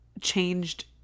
changed